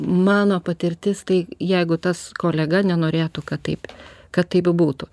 mano patirtis tai jeigu tas kolega nenorėtų kad taip kad taip būtų